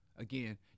Again